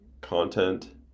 content